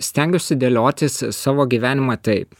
stengiuosi dėliotis savo gyvenimą taip